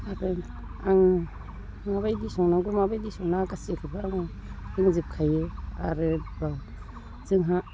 आरो आङो माबायदि संनांगौ माबायदि संनाङा गासैखौबो आं रोंजोबखायो आरोबाव जोंहा